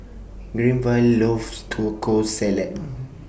Granville loves Taco Salad